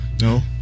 No